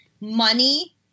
money